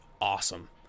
awesome